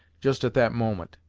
just at that moment,